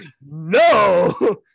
No